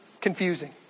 confusing